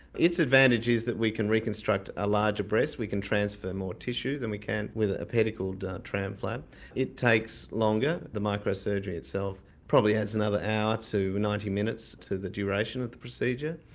its advantage is that we can reconstruct a larger breast, we can transfer more tissue than we can with a pedicled tram flap it takes longer the micro surgery itself, probably adds another hour to ninety minutes to the duration of the procedure,